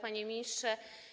Panie Ministrze!